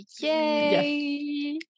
yay